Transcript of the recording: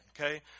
okay